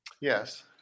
yes